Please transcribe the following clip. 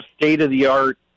state-of-the-art